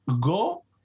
go